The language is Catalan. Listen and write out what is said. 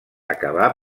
acabà